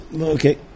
okay